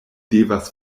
devas